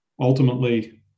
Ultimately